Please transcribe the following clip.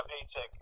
paycheck